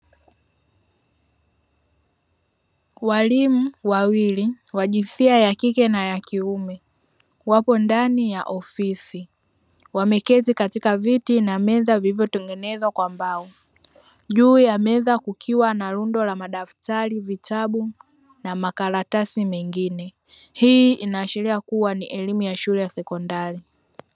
Walimu wawili wa jinsia ya kike na ya kiume wapo ndani ya ofisi wameketi katika viti na meza vilivyotengenezwa kwa mbao. Juu ya meza kukiwa na rundo la madaftari, vitabu na makaratasi mengine, hii inaashiria kuwa ni elimu ya shule ya sekondari.